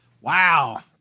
Wow